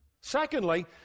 Secondly